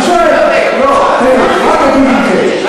אני שואל, מה תגיד אם כן?